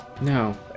No